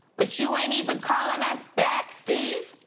but you ain't even calling us back steve.